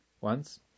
Once